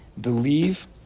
believe